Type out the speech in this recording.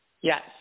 Yes